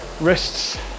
wrists